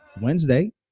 Wednesday